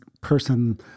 person